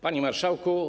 Panie Marszałku!